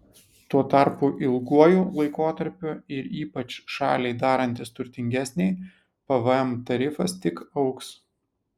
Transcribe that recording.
tuo tarpu ilguoju laikotarpiu ir ypač šaliai darantis turtingesnei pvm tarifas tik augs